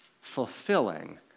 fulfilling